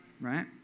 right